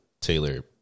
Taylor